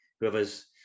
whoever's